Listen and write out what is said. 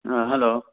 hello